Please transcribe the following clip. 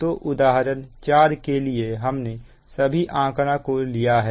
तो उदाहरण 4 के लिए हमने सभी आंकड़ा को लिया है